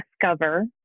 discover